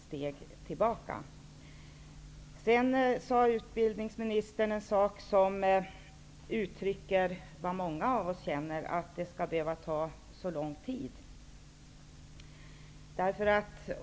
Sedan uttryckte utbildningsministern vad många av oss känner, nämligen att det är egendomligt att det skall behöva ta så lång tid.